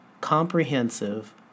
comprehensive